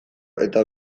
eta